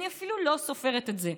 אני אפילו לא סופרת את זה.